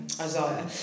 Isaiah